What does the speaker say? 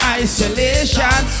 isolation